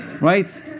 Right